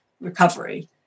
recovery